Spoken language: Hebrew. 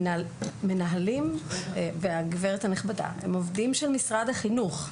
המנהלים והגברת הנכבדה הם עובדים של משרד החינוך.